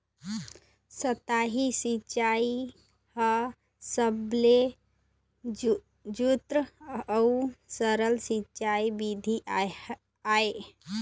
सतही सिंचई ह सबले जुन्ना अउ सरल सिंचई बिधि आय